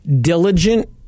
diligent